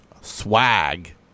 swag